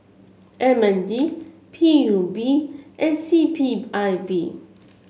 M N D P U B and C P I B